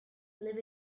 live